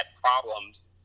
problems